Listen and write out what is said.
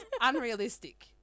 unrealistic